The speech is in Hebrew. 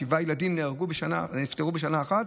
שבעה ילדים נפטרו בשנה אחת.